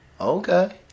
Okay